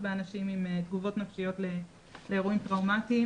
באנשים עם תגובות נפשיות לאירועים טראומטיים